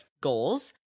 goals